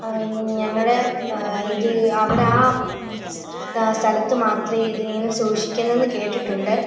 ഞങ്ങളുടെ ഇത് അവിടെ ആ സ്ഥലത്ത് മാത്രം ഇതിനെ ഇങ്ങനെ സൂക്ഷിക്കുന്നെന്ന് കേട്ടിട്ടുണ്ട്